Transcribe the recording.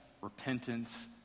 repentance